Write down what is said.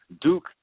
Duke